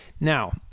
Now